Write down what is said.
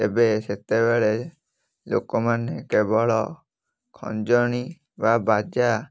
ତେବେ ସେତେବେଳେ ଲୋକମାନେ କେବଳ ଖଞ୍ଜଣି ବା ବାଜା